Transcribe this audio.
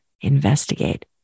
investigate